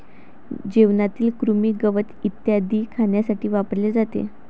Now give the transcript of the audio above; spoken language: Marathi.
जेवणातील कृमी, गवत इत्यादी खाण्यासाठी वापरले जाते